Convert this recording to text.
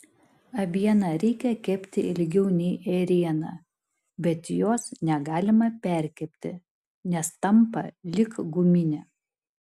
avieną reikia kepti ilgiau nei ėrieną bet jos negalima perkepti nes tampa lyg guminė